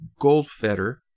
Goldfeder